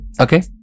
Okay